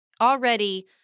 already